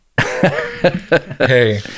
hey